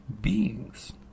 beings